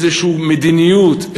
איזושהי מדיניות,